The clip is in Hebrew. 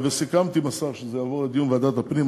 וסיכמתי עם השר שזה יעבור לדיון בוועדת הפנים.